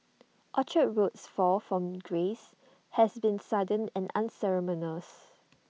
Orchard Road's fall from grace has been sudden and unceremonious